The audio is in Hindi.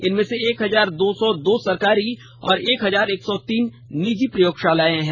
इनमें से एक हजार दो सौ दो सरकारी और एक हजार एक सौ तीन निजी प्रयोगशालाएं हैं